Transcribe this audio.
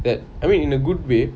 that I mean in a good way